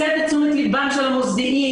הסב את תשומת לבם של המוסדיים,